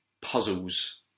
puzzles